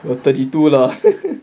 got thirty two lah